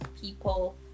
people